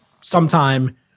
sometime